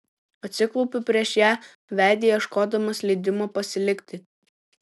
atsiklaupiu prieš ją veide ieškodamas leidimo pasilikti